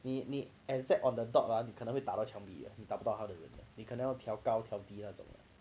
你你 exact on the dot ah 你可能会打到墙壁的你打不到他的人的你可能要调高调低那种的